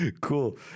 Cool